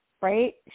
right